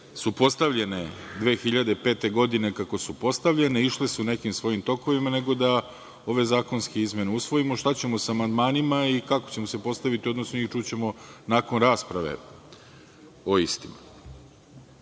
su postavljene 2005. godine kako su postavljene, išle su nekim svojim tokovima, nego da ove zakonske izmene usvojimo. Šta ćemo sa amandmanima i kako ćemo se postaviti u odnosu na njih, čućemo nakon rasprave o